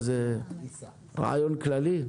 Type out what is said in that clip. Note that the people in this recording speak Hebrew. האם זה רעיון כללי?